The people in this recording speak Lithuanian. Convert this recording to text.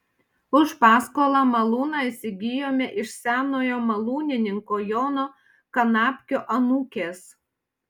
už paskolą malūną įsigijome iš senojo malūnininko jono kanapkio anūkės